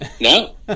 No